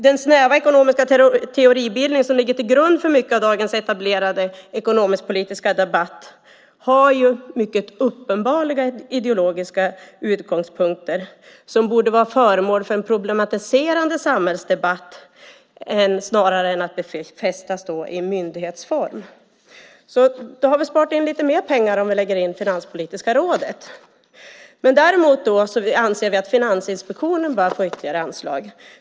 Den snäva ekonomiska teoribildning som ligger till grund för mycket av dagens etablerade ekonomisk-politiska debatt har mycket uppenbara ideologiska utgångspunkter som borde vara föremål för en problematiserande samhällsdebatt snarare än att befästas i myndighetsform. Vi sparar då in lite mer pengar om vi lägger ned Finanspolitiska rådet. Däremot anser vi att Finansinspektionen bör få ytterligare anslag.